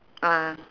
ah